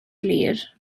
glir